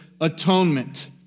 Atonement